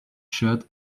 shirt